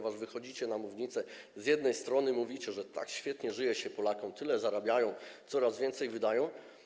Wychodzicie na mównicę i z jednej strony mówicie, że tak świetnie żyje się Polakom, tyle zarabiają, coraz więcej wydają.